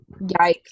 Yikes